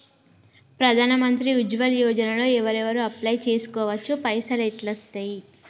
ప్రధాన మంత్రి ఉజ్వల్ యోజన లో ఎవరెవరు అప్లయ్ చేస్కోవచ్చు? పైసల్ ఎట్లస్తయి?